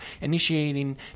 Initiating